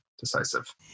Decisive